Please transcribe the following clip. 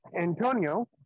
antonio